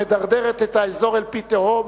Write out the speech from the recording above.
המדרדרת את האזור אל פי תהום,